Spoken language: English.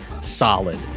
solid